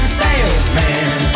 salesman